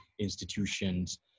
institutions